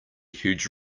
huge